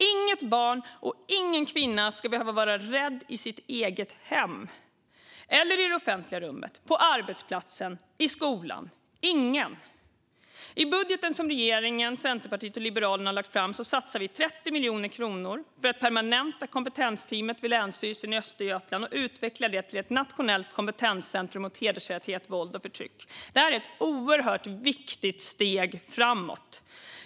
Inget barn och ingen kvinna ska behöva vara rädd i sitt eget hem eller i det offentliga rummet, på arbetsplatsen, i skolan - ingen. I budgeten som regeringen, Centerpartiet och Liberalerna har lagt fram satsar vi 30 miljoner kronor för att permanenta kompetensteamet vid Länsstyrelsen i Östergötland och utveckla det till ett nationellt kompetenscentrum mot hedersrelaterat våld och förtryck. Det är ett oerhört viktigt steg framåt.